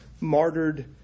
martyred